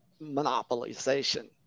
monopolization